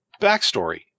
backstory